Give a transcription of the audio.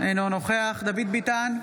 אינו נוכח דוד ביטן,